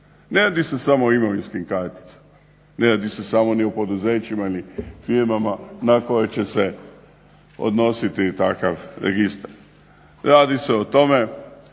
Ne radi se samo o imovinskim karticama, ne radi se samo ni o poduzećima ili firmama na koje će se odnositi takav registar. Radi se o tome